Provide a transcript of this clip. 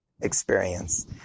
experience